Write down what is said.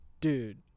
Dude